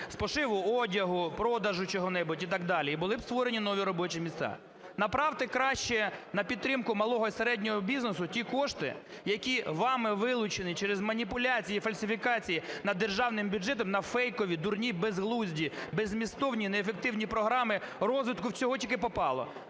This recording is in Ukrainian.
пошиву одягу, продажу чого-небудь і так далі і були б створені нові робочі місця. Направте краще на підтримку малого і середнього бізнесу ті кошти, які вами вилучені через маніпуляції і фальсифікації над державним бюджетом на фейкові дурні, безглузді, беззмістовні, неефективні програми розвитку чого тільки попало.